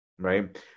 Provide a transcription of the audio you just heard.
right